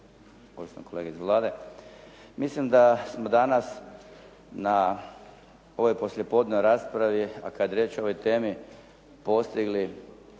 Mislim da smo danas na ovoj poslijepodnevnoj raspravi a kad je riječ o ovoj temi postoji